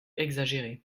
exagéré